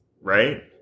right